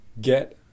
get